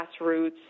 grassroots